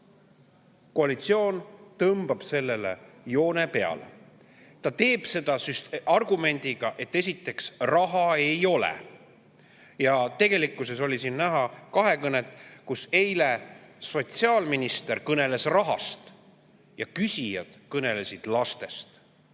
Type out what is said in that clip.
Koalitsioon tõmbab sellele joone peale. Ta teeb seda argumendiga, et esiteks raha ei ole. Tegelikkuses oli siin näha kahekõnet, kus eile sotsiaalminister kõneles rahast ja küsijad kõnelesid lastest.